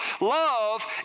Love